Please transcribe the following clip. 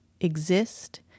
exist